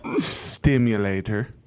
stimulator